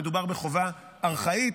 מדובר בחובה ארכאית.